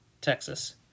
Texas